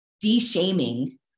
de-shaming